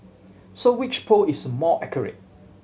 so which poll is more accurate